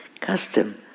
custom